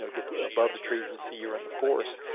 so get above the trees and see you're in the forest,